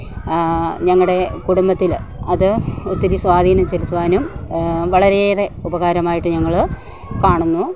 ഞങ്ങളുടെ കുടുംബത്തിൽ അത് ഒത്തിരി സ്വാധീനം ചെലുത്തുവാനും വളരെയേറെ ഉപകരമായിട്ട് ഞങ്ങൾ കാണുന്നു